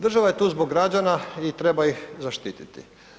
Država je tu zbog građana i treba ih zaštititi.